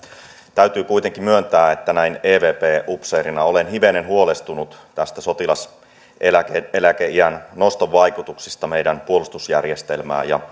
täytyy kuitenkin myöntää että näin evp upseerina olen hivenen huolestunut tästä sotilaseläkeiän noston vaikutuksesta meidän puolustusjärjestelmäämme ja